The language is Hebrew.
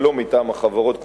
ולא מטעם החברות,